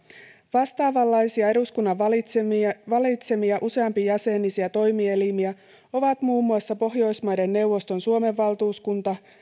vastaavanlaisia eduskunnan valitsemia valitsemia useampijäsenisiä toimielimiä ovat muun muassa pohjoismaiden neuvoston suomen valtuuskunta